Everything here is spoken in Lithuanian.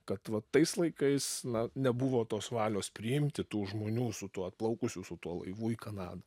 kad va tais laikais na nebuvo tos valios priimti tų žmonių su tuo atplaukusių su tuo laivu į kanadą